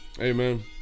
amen